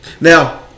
Now